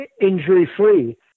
injury-free